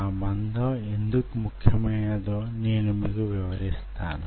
ఆ మందం యెందుకు ముఖ్యమైనదో నేను మీకు వివరిస్తాను